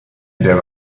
der